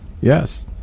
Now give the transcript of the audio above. Yes